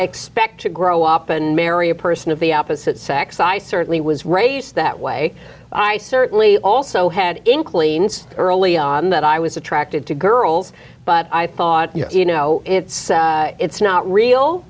expect to grow up and marry a person of the opposite sex i certainly was raised that way i certainly also had in cleans early on that i was attracted to girls but i thought you know it's it's not real